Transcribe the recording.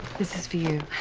this is for you.